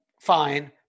fine